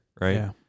right